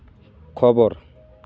ᱠᱷᱚᱵᱚᱨ